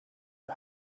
who